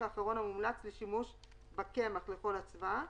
האחרון המומלץ לשימוש בקמח לכל אצווה,